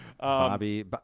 Bobby